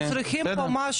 נרשמה.